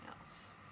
else